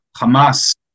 Hamas